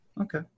Okay